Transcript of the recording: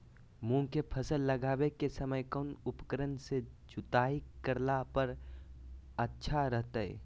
मूंग के फसल लगावे के समय कौन उपकरण से जुताई करला पर अच्छा रहतय?